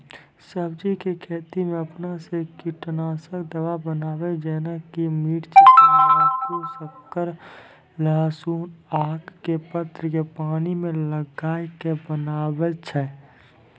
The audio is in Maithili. सब्जी के खेती मे अपन से कीटनासक दवा बनाबे जेना कि मिर्च तम्बाकू शक्कर लहसुन आक के पत्र के पानी मे गलाय के बनाबै छै?